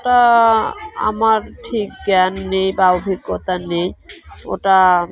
ওটা আমার ঠিক জ্ঞান নেই বা অভিজ্ঞতা নেই ওটা